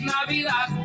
Navidad